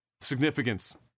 significance